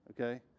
okay